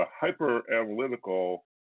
hyper-analytical